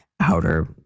outer